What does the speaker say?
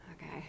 Okay